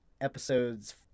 Episodes